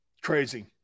Crazy